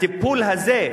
הטיפול הזה,